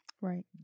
Right